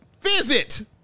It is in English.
visit